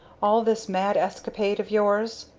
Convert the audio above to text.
all this mad escapade of yours?